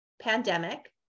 pandemic